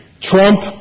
Trump